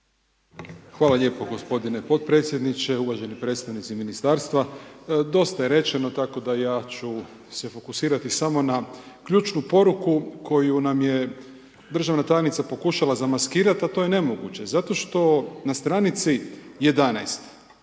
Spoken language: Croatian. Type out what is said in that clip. Hvala lijepo gospodine potpredsjedniče, uvaženi predstavnici ministarstva, dosta je rečeno, tako da ja ću se fokusirati samo na ključnu poruku, koju nam je državna tajnica pokušala zamaskirati, a to je nemoguće, zato što na stranici 11